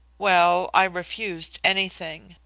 well, i refused anything.